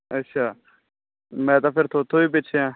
ਅੱਛਾ ਮੈਂ ਤਾਂ ਫਿਰ ਤੁਹਾਡੇ ਤੋਂ ਵੀ ਪਿੱਛੇ ਹਾਂ